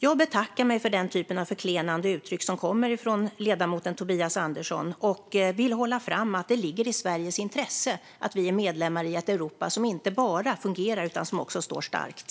Jag betackar mig för den typen av förklenande uttryck som kommer från ledamoten Tobias Andersson, och jag vill framhålla att det ligger i Sveriges intresse att vi är medlemmar i ett Europa som inte bara fungerar utan som också står starkt.